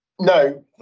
No